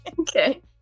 Okay